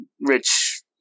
rich